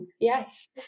yes